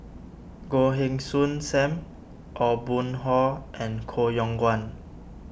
Goh Heng Soon Sam Aw Boon Haw and Koh Yong Guan